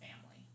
family